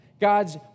God's